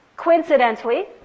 coincidentally